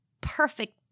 perfect